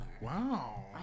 Wow